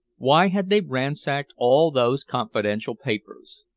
why had they ransacked all those confidential papers?